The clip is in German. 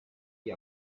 die